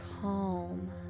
calm